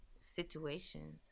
situations